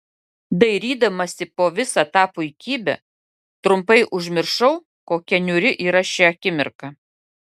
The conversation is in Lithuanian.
dairydamasi po visą tą puikybę trumpai užmiršau kokia niūri yra ši akimirka